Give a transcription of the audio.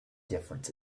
difference